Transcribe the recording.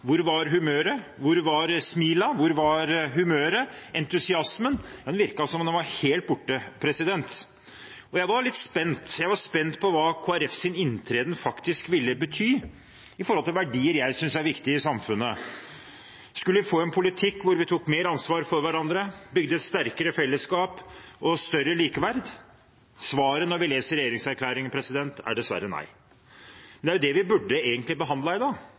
Hvor var humøret, hvor var smilene, hvor var entusiasmen? Det virket som det var helt borte. Jeg var litt spent. Jeg var spent på hva Kristelig Folkepartis inntreden faktisk ville bety når det gjelder verdier jeg synes er viktige i samfunnet. Skulle vi få en politikk hvor vi tok mer ansvar for hverandre, bygde et sterkere fellesskap og større likeverd? Svaret når vi leser regjeringserklæringen, er dessverre nei. Men det er det vi egentlig burde ha behandlet i dag.